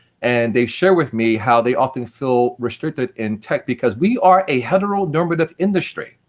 and they share with me how they often feel restricted in tech because we are a heteronormative industry,